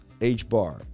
H-Bar